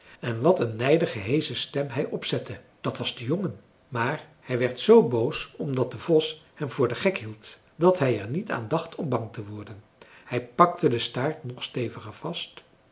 en wat een nijdige heesche stem hij opzette dat was de jongen maar hij werd zoo boos omdat de vos hem voor den gek hield dat hij er niet aan dacht om bang te worden hij pakte den staart nog steviger vast